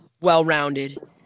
well-rounded